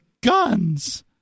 guns